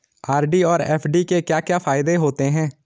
RD और FD के क्या क्या फायदे होते हैं?